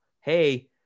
hey –